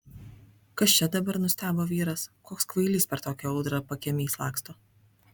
kas čia dabar nustebo vyras koks kvailys per tokią audrą pakiemiais laksto